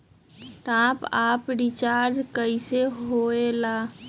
Top up recharge कइसे होएला?